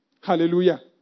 Hallelujah